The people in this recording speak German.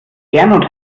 gernot